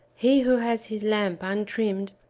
he who has his lamp untrimmed,